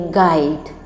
guide